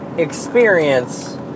experience